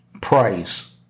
price